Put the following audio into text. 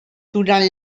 durant